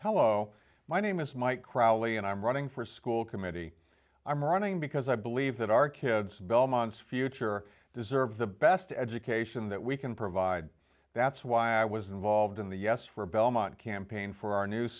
hello my name is mike crowley and i'm running for school committee i'm running because i believe that our kids belmont's future deserve the best education that we can provide that's why i was involved in the yes for belmont campaign for our new